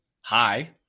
hi